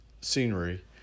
scenery